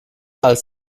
als